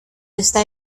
está